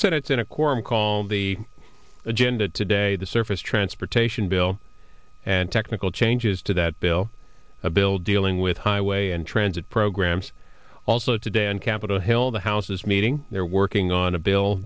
quorum call the agenda today the surface transportation bill and technical changes to that bill a bill dealing with highway and transit programs also today on capitol hill the house is meeting they're working on a bill